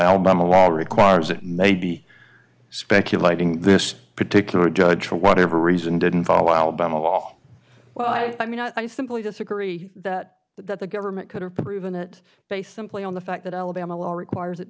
alabama law requires it may be speculating this particular judge for whatever reason didn't follow alabama law well i mean i simply disagree that that the government could have proven it based simply on the fact that alabama law requires it